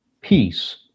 Peace